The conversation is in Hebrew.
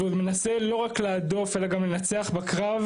והוא עוד מנסה לא רק להדוף אלא גם לנצח בקרב,